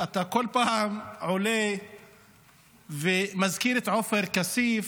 אתה כל פעם עולה ומזכיר את עופר כסיף.